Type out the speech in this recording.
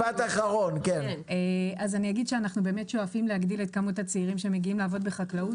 אנחנו שואפים להגדיל את מספר הצעירים שמגיעים לעבוד בחקלאות,